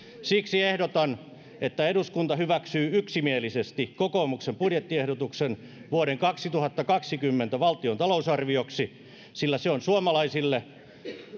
siksi ehdotan että eduskunta hyväksyy yksimielisesti kokoomuksen budjettiehdotuksen vuoden kaksituhattakaksikymmentä valtion talousarvioksi sillä se on suomalaisille